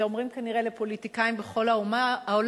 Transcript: את זה אומרים כנראה לפוליטיקאים בכל העולם.